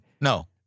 no